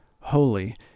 holy